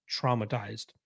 traumatized